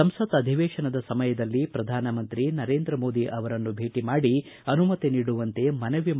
ಸಂಸತ್ ಅಧಿವೇಶನದ ಸಮಯದಲ್ಲಿ ಪ್ರಧಾನಿ ನರೇಂದ್ರ ಮೋದಿ ಅವರನ್ನು ಭೇಟಿ ಮಾಡಿ ಅನುಮತಿ ನೀಡುವಂತೆ ಮನವಿ ಮಾಡಲಾಗುವುದು